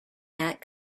that